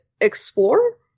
explore